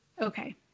Okay